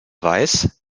weiß